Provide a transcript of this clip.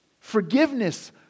Forgiveness